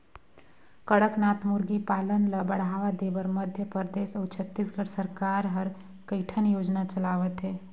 कड़कनाथ मुरगी पालन ल बढ़ावा देबर मध्य परदेस अउ छत्तीसगढ़ सरकार ह कइठन योजना चलावत हे